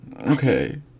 Okay